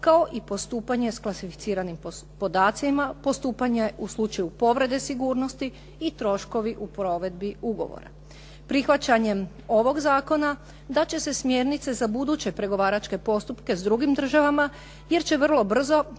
kao i postupanje s klasificiranim podacima, postupanja u slučaju povrede sigurnosti i troškovi u provedbi ugovora. Prihvaćanjem ovog zakona dat će se smjernice za buduće pregovaračke postupke s drugim državama, jer će vrlo brzo